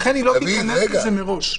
לכן היא לא תיכנס לזה מראש.